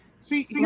See